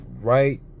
right